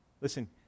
Listen